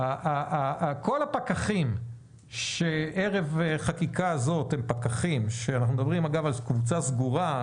כל הפקחים שערב חקיקה זאת הם פקחים - אנחנו מדברים על קבוצה סגורה.